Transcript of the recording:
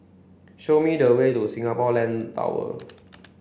show me the way to Singapore Land Tower